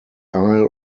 isle